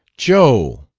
joe!